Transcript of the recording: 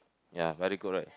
ya very good right